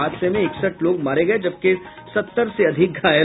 हादसे में इकसठ लोग मारे गये जबकि सत्तर से अधिक घायल